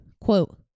quote